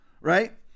right